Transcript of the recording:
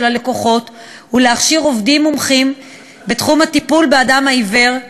הלקוחות ולהכשיר עובדים מומחים בתחום הטיפול באדם העיוור,